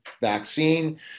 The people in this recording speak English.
vaccine